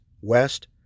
west